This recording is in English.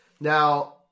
Now